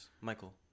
Michael